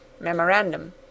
Memorandum